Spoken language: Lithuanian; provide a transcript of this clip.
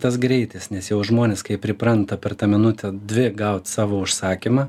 tas greitis nes jau žmonės kaip pripranta per tą minutę dvi gaut savo užsakymą